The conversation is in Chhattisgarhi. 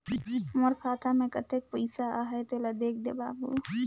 मोर खाता मे कतेक पइसा आहाय तेला देख दे बाबु?